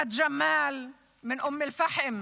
מוחמד ג'מאל מאום אל-פחם,